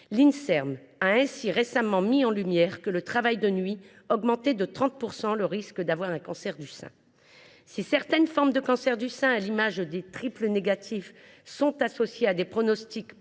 (Inserm) a ainsi récemment mis en lumière que le travail de nuit augmentait de 30 % le risque d’avoir un cancer du sein. Si certaines formes de cancers du sein, à l’instar des triples négatifs, sont associées à des pronostics plus